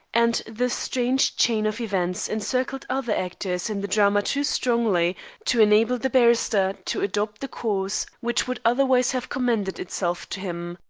and the strange chain of events encircled other actors in the drama too strongly to enable the barrister to adopt the course which would otherwise have commended itself to him.